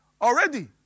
Already